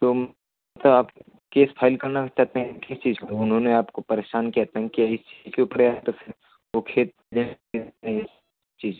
तो आप case file करना चाहते हैं किस चीज़ का उन्होंने आपको परेशान किया तंग किया इस चीज़ के ऊपर या तो फिर वह खेत दें चीज़